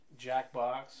Jackbox